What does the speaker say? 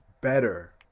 better